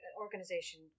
organization